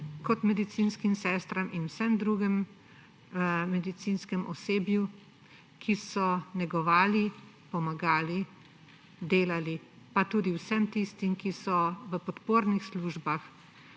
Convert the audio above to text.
kot medicinskim sestram in vsemu medicinskemu osebju, ki so negovali, pomagali, delali, pa tudi vsem tistim, ki so v podpornih službah,